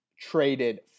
traded